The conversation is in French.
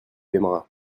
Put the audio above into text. aimeras